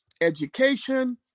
education